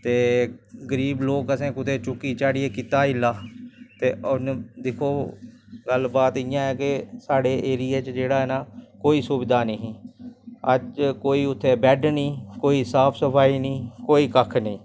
अखबार च फोन च टीवी च ओह्दे च ऐड देई सकदी ऐ भाई गोरमैंट घर घर कोई आखै ते ओह् नेईं आई सकदी जियां कोई बी स्कूल कुछ बी प्रोग्राम जियां कोई छुट्टी होऐ कुछ बी होऐ नीं ते गोरमैंट फोन च